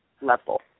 level